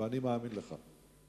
ואני מאמין לך.